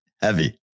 heavy